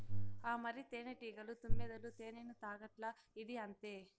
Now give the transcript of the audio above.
ఆ మరి, తేనెటీగలు, తుమ్మెదలు తేనెను తాగట్లా, ఇదీ అంతే